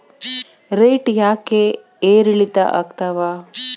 Rate ಯಾಕೆ ಏರಿಳಿತ ಆಗ್ತಾವ?